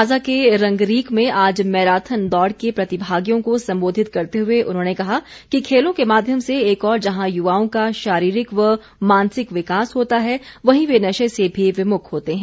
काजा के रंगरीक में आज मैराथन दौड़ के प्रतिभागियों को संबोधित करते हुए उन्होंने कहा कि खेलों के माध्यम से एक ओर जहां युवाओं का शारीरिक व मानसिक विकास होता है वहीं वे नशे से भी विमुख होते हैं